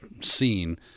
seen